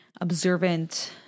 observant